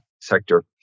sector